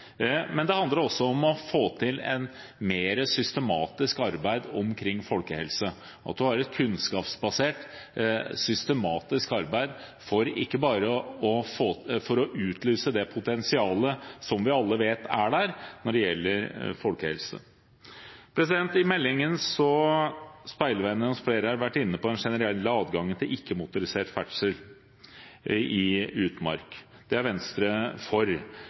det handler også om å få til et mer systematisk arbeid omkring folkehelse, at man har et kunnskapsbasert, systematisk arbeid for å utløse det potensialet som vi alle vet er der når det gjelder folkehelse. I meldingen «speilvender» vi – som flere har vært inne på – den generelle adgangen til ikke-motorisert ferdsel i utmark. Det er Venstre for.